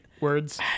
words